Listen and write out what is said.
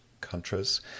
countries